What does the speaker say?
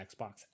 Xbox